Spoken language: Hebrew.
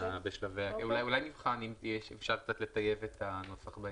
אולי נבחן אם אפשר לטייב את הנוסח כאן.